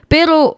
Pero